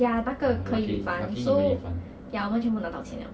ya 那个可以 refund so ya 我们全部拿到钱了